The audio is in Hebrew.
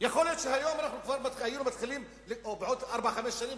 יכול להיות שהיום או בעוד ארבע-חמש שנים